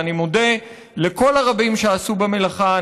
ואני מודה לכל הרבים שעשו במלאכה.